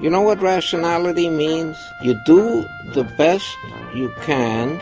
you know what rationality means? you do the best you can